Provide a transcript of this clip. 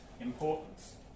importance